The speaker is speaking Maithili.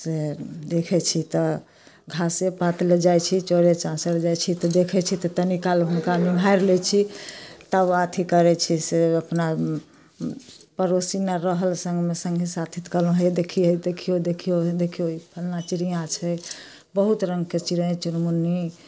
से देखै छी तऽ घासे पात लए जाइ छी चरे चाँचर जाइ छी तऽ देखै छी तऽ तनी काल हुनका निहारि लै छी तब अथी करै छी से अपना पड़ोसीमे रहल सङ्गमे सङ्गी साथी तऽ कहलहुॅं हैआ देखी है देखियौ देखियौ ई देखियौ ई फल्लाँ चिड़ियाँ छै बहुत रङ्गके चिड़ै चुड़मुन्नी